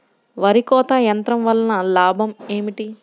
వరి కోత యంత్రం వలన లాభం ఏమిటి?